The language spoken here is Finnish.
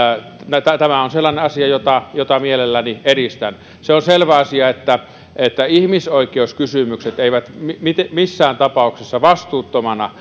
tämä on sellainen asia jota jota mielelläni edistän se on selvä asia että että ihmisoikeuskysymykset eivät missään tapauksessa vastuuttomana